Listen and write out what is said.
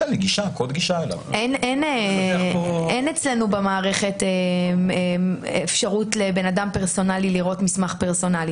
אין אצלנו במערכת אפשרות לאדם פרטי לראות מסמך אישי.